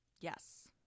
Yes